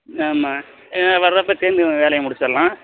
ஆமாம் ஏன்னா வரப்போ சேர்ந்து வேலையை முடிச்சிடலாம்